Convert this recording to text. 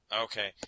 Okay